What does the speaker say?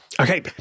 Okay